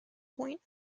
point